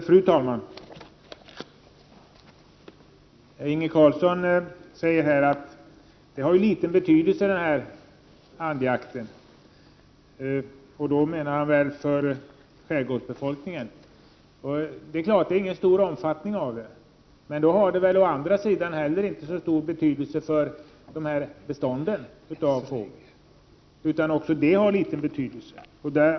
Fru talman! Inge Carlsson anser att andjakten har liten betydelse. Jag antar att han avser att den har liten betydelse för skärgårdsbefolkningen. Det är klart att omfattningen inte är så stor. Men i så fall har väl å andra sidan jakten inte så stor betydelse för bestånden av fåglar. Då är också detta av liten betydelse.